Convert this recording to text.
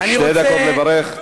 שתי דקות לברך, בבקשה.